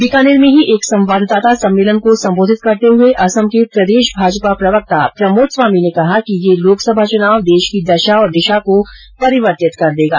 बीकानेर में ही एक संवाददाता सम्मेलन को संबोधित करते हुए असम के प्रदेश भाजपा प्रवक्ता प्रमोद स्वामी ने कहा कि यह लोकसभा चुनाव देश की दशा और दिशा को परिवर्तित कर देगा